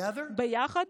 (מחיאות כפיים) ביחד